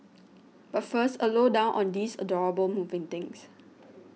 but first a low down on these adorable moving things